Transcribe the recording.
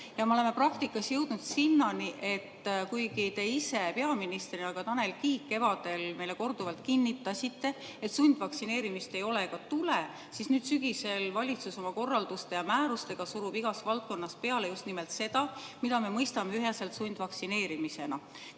Me oleme praktikas jõudnud sinnani, et kuigi te ise peaministrina kevadel korduvalt kinnitasite ja kinnitas ka Tanel Kiik, et sundvaktsineerimist ei ole ega tule, siis nüüd sügisel valitsus oma korralduste ja määrustega surub igas valdkonnas peale just nimelt seda, mida me mõistame üheselt sundvaktsineerimisena.